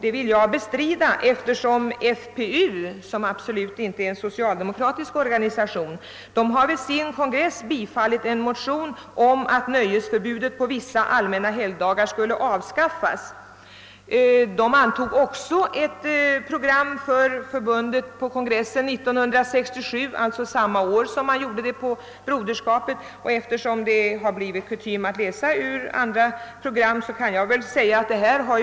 Det vill jag bestrida eftersom FPU, som absolut inte är en socialdemokratisk organisation, på sin kongress 1965 har bifallit en motion om att nöjesförbud på vissa allmänna helgdagar skulle avskaffas. På FPU-kongressen 1967 antogs också ett program för förbundet — det var samma år som Broderskapsrörelsen anslöt sig till samma linje — och jag skall eftersom det blivit kutym att citera ur andra organisationers program läsa upp en del av vad som står i FPU-program met.